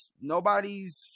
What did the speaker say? nobody's